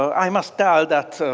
i must tell that